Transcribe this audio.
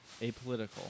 apolitical